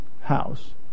house